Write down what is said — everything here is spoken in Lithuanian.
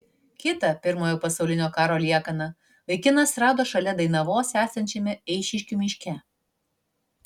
kitą pirmojo pasaulinio karo liekaną vaikinas rado šalia dainavos esančiame eišiškių miške